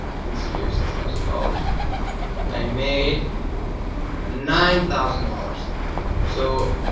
you can see here six thousand dollars and i made nine thousand dollars so